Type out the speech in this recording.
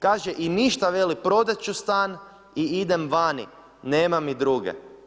Kaže i ništa, veli, prodati ću stan, i idem vani, nema mi druge.